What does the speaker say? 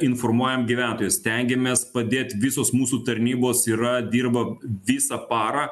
informuojam gyventojus stengiamės padėt visos mūsų tarnybos yra dirba visą parą